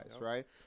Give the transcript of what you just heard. right